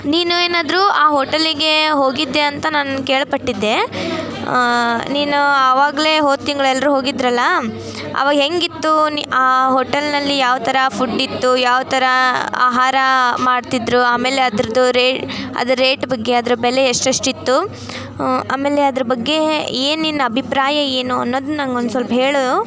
ನೀನು ಏನಾದ್ರೂ ಆ ಹೋಟೆಲ್ಲಿಗೆ ಹೋಗಿದ್ದೆ ಅಂತ ನಾನು ಕೇಳ್ಪಟ್ಟಿದ್ದೆ ನೀನು ಆವಾಗಲೇ ಹೋದ ತಿಂಗ್ಳು ಎಲ್ಲರೂ ಹೋಗಿದ್ರಲ್ಲಾ ಆವಾಗ ಹೇಗ್ ಇತ್ತು ನಿ ಆ ಹೋಟೆಲಿನಲ್ಲಿ ಯಾವ ಥರ ಫುಡ್ ಇತ್ತು ಯಾವ ಥರ ಆಹಾರ ಮಾಡ್ತಿದ್ದರು ಆಮೇಲೆ ಅದರದ್ದು ರೇ ಅದರ ರೇಟ್ ಬಗ್ಗೆ ಅದ್ರ ಬೆಲೆ ಎಷ್ಟು ಎಷ್ಟು ಇತ್ತು ಆಮೇಲೆ ಅದ್ರ ಬಗ್ಗೆ ಏನು ನಿನ್ನ ಅಭಿಪ್ರಾಯ ಏನು ಅನ್ನೋದು ನನಗ್ ಒಂದು ಸ್ವಲ್ಪ ಹೇಳು